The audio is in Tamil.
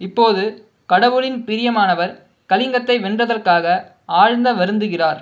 இப்போது கடவுளின் பிரியமானவர் கலிங்கத்தை வென்றதற்காக ஆழ்ந்த வருந்துகிறார்